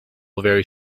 very